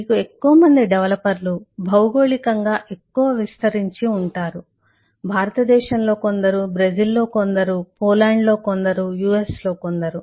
మీకు ఎక్కువ మంది డెవలపర్లు భౌగోళికంగా ఎక్కువ విస్తరించి ఉంటారు భారతదేశంలో కొందరు బ్రెజిల్లో కొందరు పోలాండ్లో కొందరు యుఎస్లో కొందరు